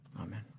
Amen